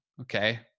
Okay